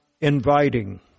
inviting